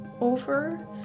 over